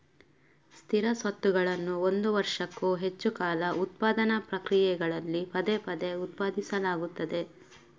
ಸ್ಥಿರ ಸ್ವತ್ತುಗಳನ್ನು ಒಂದು ವರ್ಷಕ್ಕೂ ಹೆಚ್ಚು ಕಾಲ ಉತ್ಪಾದನಾ ಪ್ರಕ್ರಿಯೆಗಳಲ್ಲಿ ಪದೇ ಪದೇ ಉತ್ಪಾದಿಸಲಾಗುತ್ತದೆ